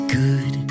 good